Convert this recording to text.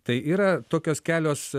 tai yra tokios kelios